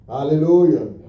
Hallelujah